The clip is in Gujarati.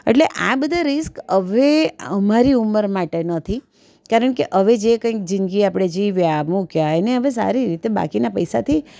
એટલે આ બધા રિસ્ક હવે અમારી ઉંમર માટે નથી કારણ કે અવે જે કંઈક જિંદગી આપણે જીવ્યા મુક્યા એને અવે સારી રીતે બાકીના પૈસાથી